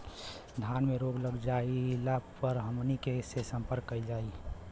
धान में रोग लग गईला पर हमनी के से संपर्क कईल जाई?